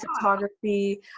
photography